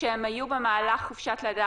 כשהן היו במהלך חופשת לידה